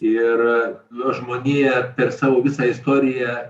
ir na žmonija per savo visą istoriją